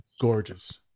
Gorgeous